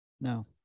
no